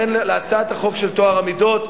להצעת החוק של טוהר המידות,